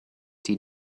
die